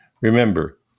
Remember